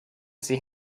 see